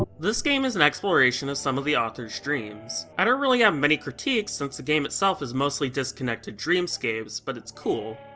this game is an exploration of some of the author's dreams. i don't really have um many critiques since the game itself is mostly disconnected dreamscapes, but it's cool.